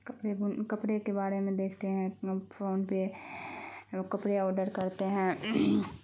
کپڑے بن کپڑے کے بارے میں دیکھتے ہیں فون پہ وہ کپڑے آڈر کرتے ہیں